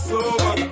Sober